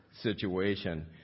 situation